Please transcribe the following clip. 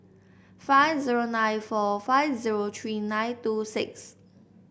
five zero nine four five zero three nine two six